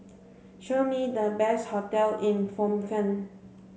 show me the best hotel in Phnom Penh